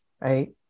right